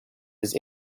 his